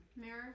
mirror